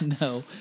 No